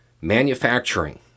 Manufacturing